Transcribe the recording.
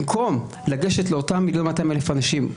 במקום לגשת לאותם מיליון ומאתיים אלף אנשים,